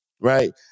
right